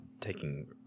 taking